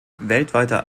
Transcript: weltweiter